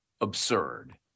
absurd